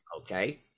Okay